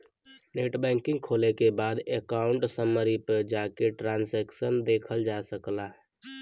net banking खोले के बाद अकाउंट समरी पे जाके ट्रांसैक्शन देखल जा सकला